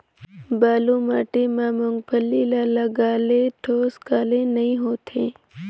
बालू माटी मा मुंगफली ला लगाले ठोस काले नइ होथे?